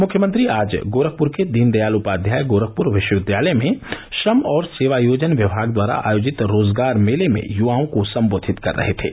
मुख्यमंत्री आज गोरखपूर के दीनदयाल उपाध्याय गोरखपूर विश्वविद्यालय में श्रम और सेवा योजन विभाग द्वारा आयोजित रोजगार मेले में युवाओं को संबोधित कर रहे थे